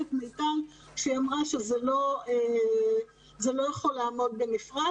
צודקת מיטל ברון שאמרה שזה לא יכול לעמוד בנפרד.